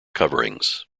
coverings